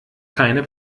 keine